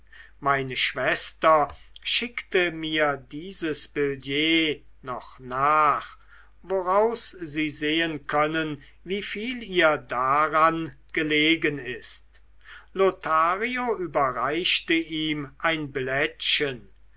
meine schwester schickte mir dieses billett noch nach woraus sie sehen können wieviel ihr daran gelegen ist lothario überreichte ihm ein blättchen